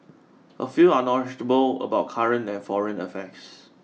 a few are knowledgeable about current and foreign affairs